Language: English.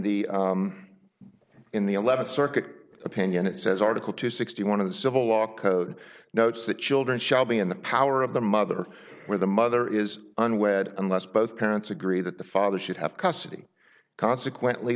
the in the eleventh circuit opinion it says article two sixty one of the civil law code notes that children shall be in the power of the mother where the mother is unwed unless both parents agree that the father should have custody consequently